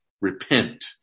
repent